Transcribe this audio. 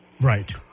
Right